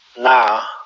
Now